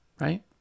right